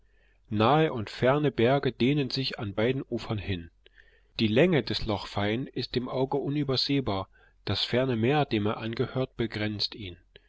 nahe und ferne berge dehnen sich an beiden ufern hin die länge des loch fyne ist dem auge unübersehbar das ferne meer dem er angehört begrenzt ihn